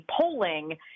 polling